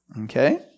Okay